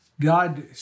God